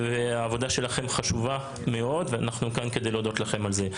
העבודה שלכם חשובה מאוד ואנחנו כאן כדי להודות לכם על זה.